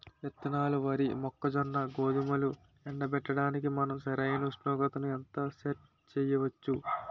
విత్తనాలు వరి, మొక్కజొన్న, గోధుమలు ఎండబెట్టడానికి మనం సరైన ఉష్ణోగ్రతను ఎంత సెట్ చేయవచ్చు?